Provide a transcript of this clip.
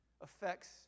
affects